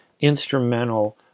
instrumental